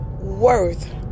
worth